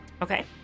Okay